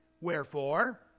Wherefore